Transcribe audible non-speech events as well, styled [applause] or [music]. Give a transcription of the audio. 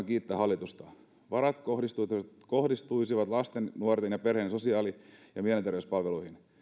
[unintelligible] kiittää hallitusta varat kohdistuisivat lasten nuorten ja perheiden sosiaali ja mielenterveyspalveluihin